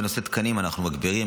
בנושא התקנים אנחנו מגבירים,